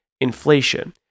inflation